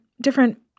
different